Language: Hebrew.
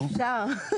אפשר.